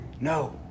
No